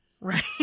Right